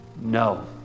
no